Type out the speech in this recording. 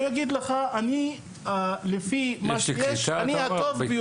הוא יגיד לך, לפי מה שיש אני הטוב ביותר.